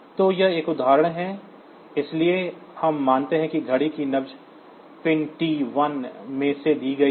तो यह एक उदाहरण है इसलिए हम मानते हैं कि घड़ी की नब्ज पिन टी 1 में में दी गयी है